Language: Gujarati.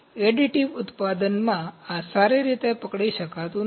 એડિટિવ ઉત્પાદનમાં આ સારી રીતે પકડી શકતું નથી